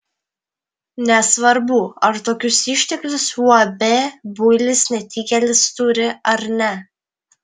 nesvarbu ar tokius išteklius uab builis netikėlis turi ar ne